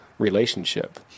relationship